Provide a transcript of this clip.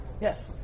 Yes